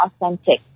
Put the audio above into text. authentic